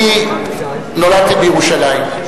אני נולדתי בירושלים,